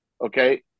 Okay